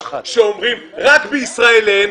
שאומרים רק בישראל אין,